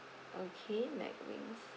okay mcwings